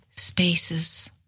Spaces